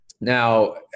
Now